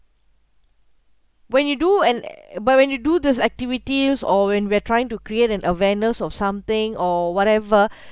when you do and uh but when you do these activities or when we're trying to create an awareness of something or whatever